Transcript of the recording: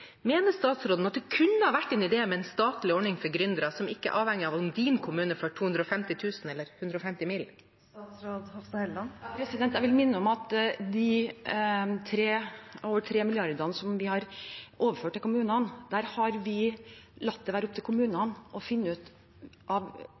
Mener statsråden at det kunne ha vært en idé med en statlig ordning for gründere som ikke er avhengig av om kommunen deres får 250 000 kr eller 150 mill. kr? Jeg vil minne om at i forbindelse med de over 2,6 mrd. kr vi har overført til kommunene, har vi latt det være opp til